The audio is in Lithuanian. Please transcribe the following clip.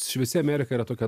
šviesi amerika yra tokia